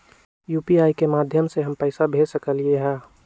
UPI के माध्यम से हम पैसा भेज सकलियै ह?